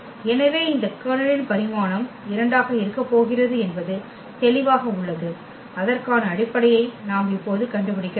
எனவே இந்த கர்னலின் பரிமாணம் 2 ஆக இருக்கப்போகிறது என்பது தெளிவாக உள்ளது அதற்கான அடிப்படையை நாம் இப்போது கண்டுபிடிக்க வேண்டும்